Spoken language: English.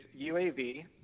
UAV